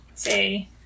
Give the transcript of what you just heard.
say